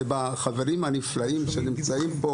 עם החברים הנפלאים שנמצאים פה,